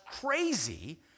crazy